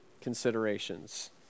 considerations